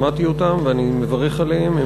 שמעתי אותם ואני מברך עליהם.